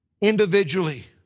individually